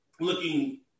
looking